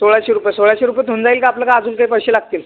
सोळाशे रुपये सोळाशे रुपयात होऊन जाईल का आपलं का अजून काही पैसे लागतील